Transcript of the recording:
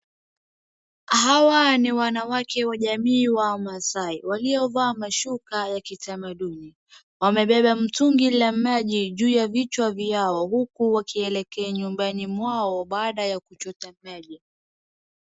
Hawa ni wanawake wa jamii wa Maasai waliofaa mashuka ya kitamaduni. Wamebeba mtungi la maji juu ya vichwa vyao huku wakieleke nyumbani mwao baada ya kuchota maji.